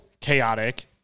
chaotic –